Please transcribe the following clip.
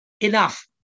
enough